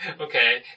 Okay